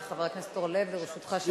בבקשה, חבר הכנסת אורלב, לרשותך שלוש דקות.